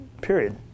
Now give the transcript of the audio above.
period